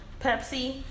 Pepsi